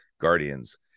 Guardians